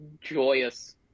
joyous